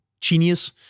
genius